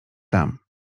tam